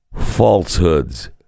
falsehoods